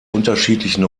unterschiedlichen